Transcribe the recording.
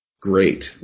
Great